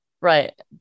Right